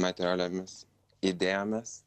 materialiomis idėjomis